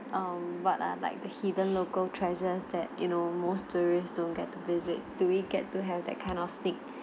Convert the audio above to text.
um but I like the hidden local treasures that you know most tourists don't get to visit do we get to have that kind of snack